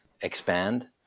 expand